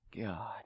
god